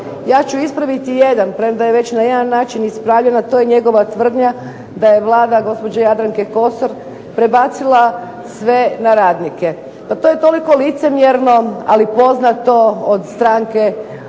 ja ću ispraviti jedan premda je već na jedan način ispravljen, a to je njegova tvrdnja da je Vlada gospođe Jadranke Kosor prebacila sve na radnike. Pa to je toliko licemjerno, ali poznato od stranke